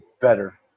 better